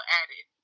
added